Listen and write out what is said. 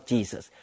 Jesus